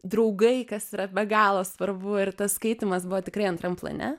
draugai kas yra be galo svarbu ir tas skaitymas buvo tikrai antram plane